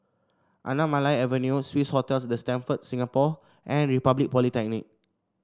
Anamalai Avenue Swissotel The Stamford Singapore and Republic Polytechnic